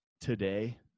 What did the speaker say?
today